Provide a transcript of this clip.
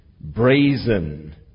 brazen